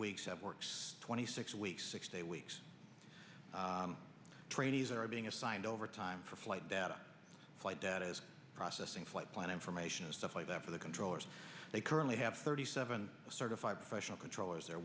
weeks that works twenty six weeks six day weeks trainees are being assigned overtime for flight data flight data processing flight plan information and stuff like that for the controllers they currently have thirty seven certified professional controllers